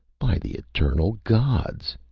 by the eternal gods!